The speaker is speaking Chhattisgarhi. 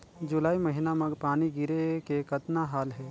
जुलाई महीना म पानी गिरे के कतना हाल हे?